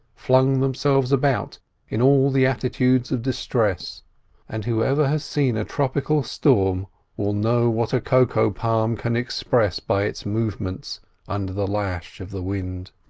flung themselves about in all the attitudes of distress and whoever has seen a tropical storm will know what a cocoa-palm can express by its movements under the lash of the wind.